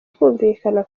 kumvikana